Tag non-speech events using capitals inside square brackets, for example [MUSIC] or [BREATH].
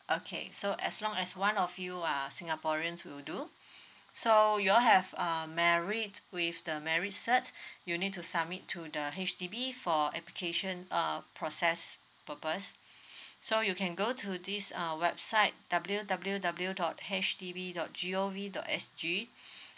okay so as long as one of you are singaporeans will do [BREATH] so you all have uh married with the marriage cert [BREATH] you need to submit to the H_D_B for application uh process purpose [BREATH] so you can go to this uh website w w w dot H D B dot G O V dot S_G [BREATH]